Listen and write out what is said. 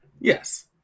Yes